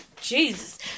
Jesus